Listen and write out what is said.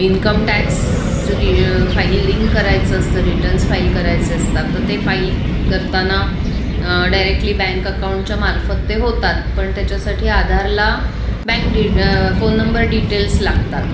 income tax re filing करायचं असतं returns file करायचे असतात तर ते फाईल करताना डायरेक्टली बँक अकाउंटच्या मार्फत ते होतात पण त्याच्यासाठी आधारला बँक डि फोन नंबर डिटेल्स लागतात